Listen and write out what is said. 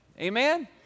Amen